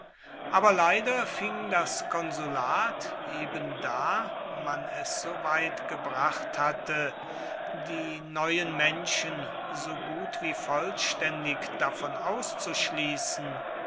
aber leider fing das konsulat ebenda man es so weit gebracht hatte die neuen menschen so gut wie vollständig davon auszuschließen